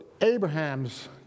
Abraham's